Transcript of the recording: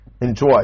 enjoy